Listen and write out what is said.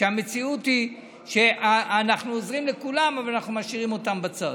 שהמציאות היא שאנחנו עוזרים לכולם אבל אנחנו משאירים אותם בצד.